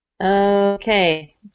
Okay